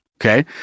okay